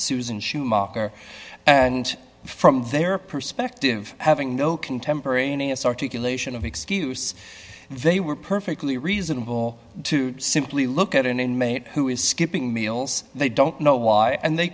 susan schumacher and from their perspective having no contemporaneous articulation of excuse they were perfectly reasonable to simply look at an inmate who is skipping meals they don't know why and they